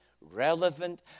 relevant